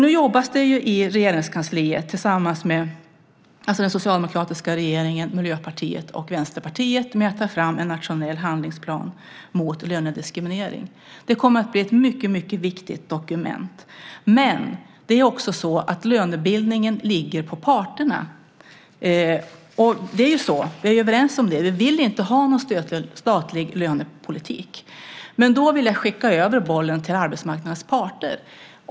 Nu jobbar den socialdemokratiska regeringen, Miljöpartiet och Vänsterpartiet med att ta fram en nationell handlingsplan mot lönediskriminering. Det kommer att bli ett mycket viktigt dokument. Men lönebildningen ligger på parterna, och vi är ju överens om att vi inte vill ha någon statlig lönepolitik. Då vill jag skicka över bollen till arbetsmarknadens parter.